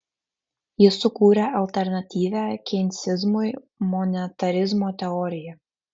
jis sukūrė alternatyvią keinsizmui monetarizmo teoriją